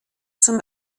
zum